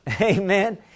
Amen